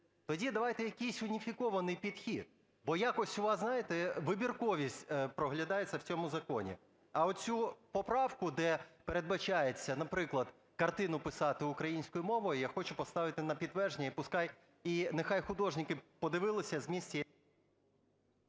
Тоді давайте якийсь уніфікований підхід, бо якось у вас, знаєте, вибірковість проглядається в цьому законі. А цю поправку, де передбачається, наприклад, картину писати українською мовою, я хочу поставити на підтвердження, і нехай художники подивилися б зміст…